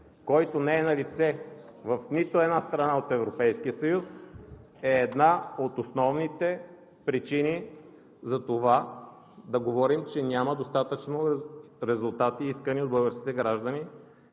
който не е налице в нито една страна на Европейския съюз, е една от основните причини за това да говорим, че няма достатъчно резултати, искани от българските граждани,